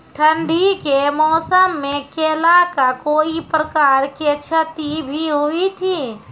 ठंडी के मौसम मे केला का कोई प्रकार के क्षति भी हुई थी?